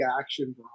action